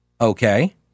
Okay